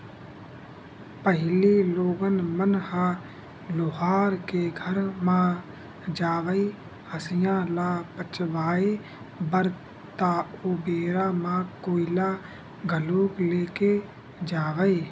पहिली लोगन मन ह लोहार के घर म जावय हँसिया ल पचवाए बर ता ओ बेरा म कोइला घलोक ले के जावय